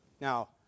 Now